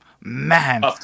Man